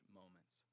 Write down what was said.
moments